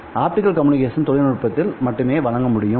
optical communication தொழில்நுட்பத்தில் மட்டுமே வழங்க முடியும்